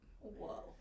whoa